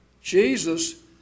jesus